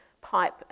pipe